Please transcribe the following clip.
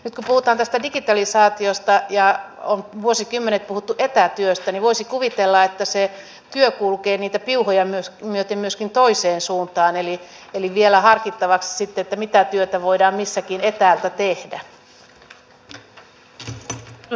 nyt kun puhutaan tästä digitalisaatiosta ja on vuosikymmenet puhuttu etätyöstä niin voisi kuvitella että se työ kulkee niitä piuhoja myöten myöskin toiseen suuntaan eli esitän vielä harkittavaksi sitä mitä työtä voidaan missäkin etäältä tehdä